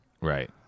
right